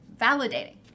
validating